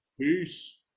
Peace